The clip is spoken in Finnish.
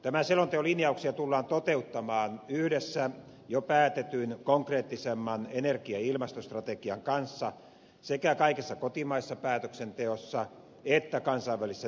tämän selonteon linjauksia tullaan toteuttamaan yhdessä jo päätetyn konkreettisemman energia ja ilmastostrategian kanssa sekä kaikessa kotimaisessa päätöksenteossa että kansainvälisissä neuvotteluissa